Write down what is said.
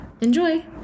Enjoy